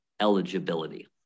eligibility